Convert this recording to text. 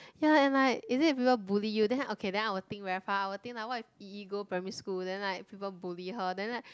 ya and like is it people bully you then okay then I will think very far I will think like what if yi-yi go Primary school then like people bully her then like